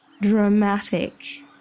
dramatic